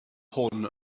hwn